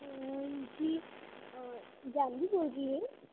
जी जानवी बोल रही है